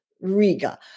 Riga